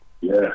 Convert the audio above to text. Yes